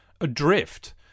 adrift